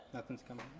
happens coming